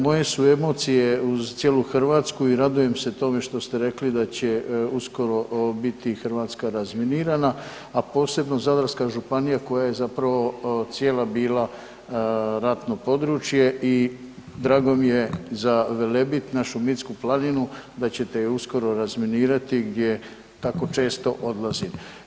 Moje su emocije uz cijelu Hrvatsku i radujem se tome što ste rekli da će uskoro biti Hrvatska razminira,a a posebno Zadarska županija koja je zapravo cijela bila ratno područje i drago mi je za Velebit, našu mitsku planinu da ćete je uskoro razminirati gdje tako često odlazim.